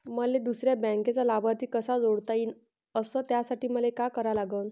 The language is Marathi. मले दुसऱ्या बँकेचा लाभार्थी कसा जोडता येईन, अस त्यासाठी मले का करा लागन?